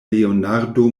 leonardo